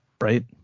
Right